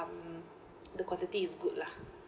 um the quantity is good lah